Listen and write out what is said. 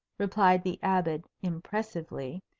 replied the abbot, impressively,